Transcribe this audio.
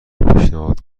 پیشنهاد